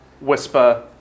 whisper